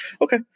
Okay